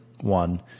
one